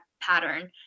pattern